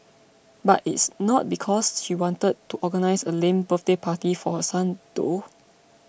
but it's not because she wanted to organise a lame birthday party for her son though